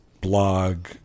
blog